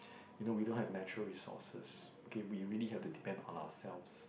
you know we don't have natural resources okay we really have to depend on ourselves